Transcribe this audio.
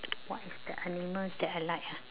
what is the animals that I like ah